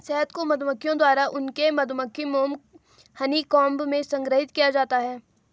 शहद को मधुमक्खियों द्वारा उनके मधुमक्खी मोम हनीकॉम्ब में संग्रहीत किया जाता है